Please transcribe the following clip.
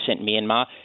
Myanmar